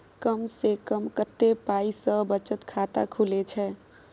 कम से कम कत्ते पाई सं बचत खाता खुले छै?